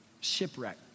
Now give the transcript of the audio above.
Shipwreck